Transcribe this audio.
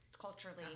culturally